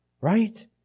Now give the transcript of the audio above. Right